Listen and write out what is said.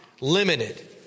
limited